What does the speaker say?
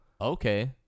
okay